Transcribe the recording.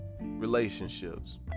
relationships